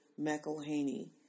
McElhaney